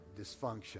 dysfunction